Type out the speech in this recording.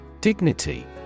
Dignity